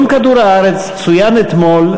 יום כדור-הארץ צוין אתמול,